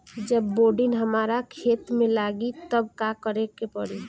जब बोडिन हमारा खेत मे लागी तब का करे परी?